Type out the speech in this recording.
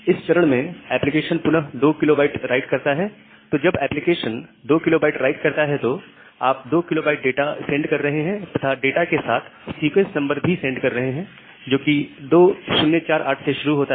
इस चरण में एप्लीकेशन पुनः 2 KB राइट करता है तो जब एप्लीकेशन 2 KB राइट करता है तो आप 2 KB डाटा सेंड कर रहे हैं तथा डाटा के साथ सीक्वेंस नंबर भी सेंड कर रहे हैं जो कि 2048 से शुरू होता है